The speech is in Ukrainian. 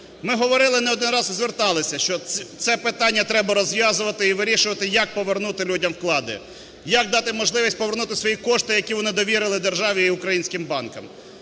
Ми говорили і не один раз зверталися, що це питання треба розв'язувати і вирішувати, як повернути людям вклади, як дати можливість повернути свої кошти, які вони довірили державі і українським банкам.